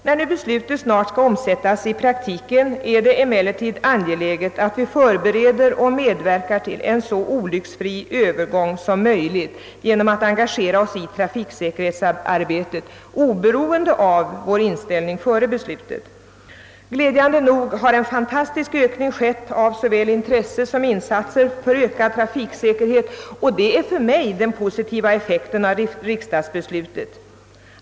När nu beslutet snart skall omsättas i praktiken, är det emellertid angeläget att vi förbereder och medverkar till en så olycksfri övergång som möjligt ge nom att engagera oss i trafiksäkerhetsarbetet, oberoende av vår inställning före beslutet. Glädjande nog har en fantastisk ökning skett av såväl intresse som insatser för ökad trafiksäkerhet, och det är för mig den positiva effekten av riksdagsbeslutet.